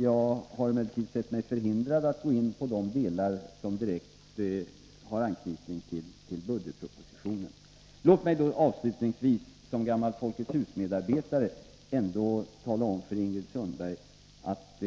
Jag har emellertid iekonomiska ål: sett mig förhindrad att gå in på delar som direkt har anknytning till stramningstider Jag kan avslutningsvis, som gammal Folkets Hus-medarbetare, tala om för Ingrid Sundberg att